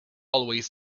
always